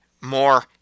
more